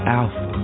alpha